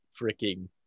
freaking